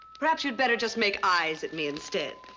perhaps you'd better just make eyes at me instead.